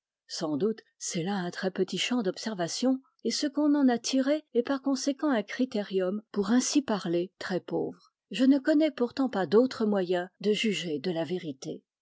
sans doute c'est là un très petit champ d'observation et ce qu'on en a tiré est par conséquent un critérium pour ainsi parler très pauvre je ne connais pourtant pas d'autre moyen de juger de la vérité